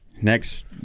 Next